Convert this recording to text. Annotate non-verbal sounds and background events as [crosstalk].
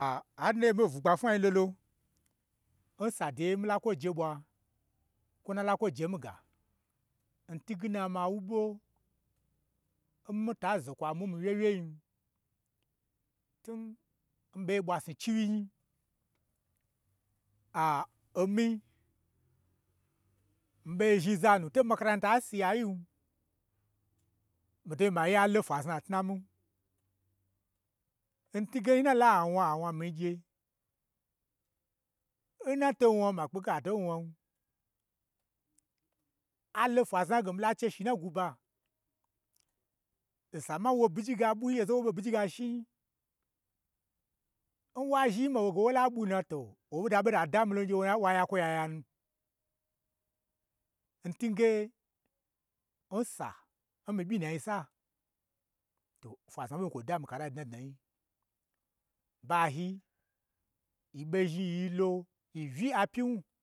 A har n naye, mei n bwugba fnwai lolo, n sa deye nmila kwoje ɓwa, kwo n na lakwo je mii ga, n twuge na, ma wu ɓo n mita zakwa mwun mii wyewyein, tun, n mii ɓei bwa snu chiwyi nyi a omii, miɓei zhni zanu to makaranta siya yin, mitoi ma ye alo fwa zna n tnamin n twuge n nalo awna awna mii gye, n na to wna ma kpe ge ato wnan. A lo fwazna ge mila che shi n gwu ba, n san ma wo byigiga ɓwui, oza n wo ɓo n byigiga shi nyi, n wa zhi ma woge wo la ɓwui na to, owo da ɓota damilon, [unintelligible] gye n hayi wa yakwo yaganu n tunge, nsa n mii ɓyi nai sa, fwazna ɓo ɓein kwo da mii n kala dnadnayi, ɓayi, yi ɓo zhni yi lo yi uyi apyiwnu